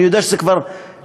אני יודע שזה כבר אל-חזור,